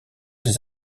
des